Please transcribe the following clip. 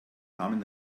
namen